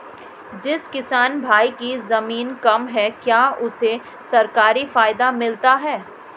जिस किसान भाई के ज़मीन कम है क्या उसे सरकारी फायदा मिलता है?